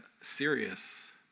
serious